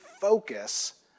focus